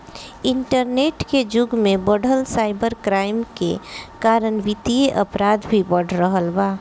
internet के जुग में बढ़त साइबर क्राइम के कारण वित्तीय अपराध भी बढ़ रहल बा